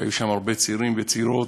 והיו שם הרבה צעירים וצעירות,